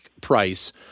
price